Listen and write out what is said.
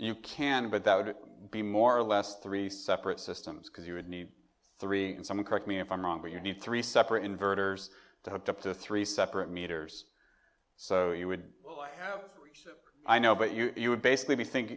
you can but that would be more or less three separate systems because you would need three and someone correct me if i'm wrong but you need three separate inverters dumped up to three separate meters so you would well i have i know but you would basically be think